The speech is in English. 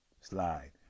slide